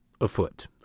afoot